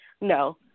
no